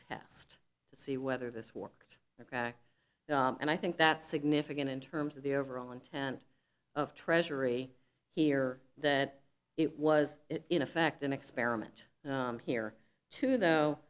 test to see whether this worked ok and i think that's significant in terms of the overall intent of treasury here that it was in effect an experiment here too though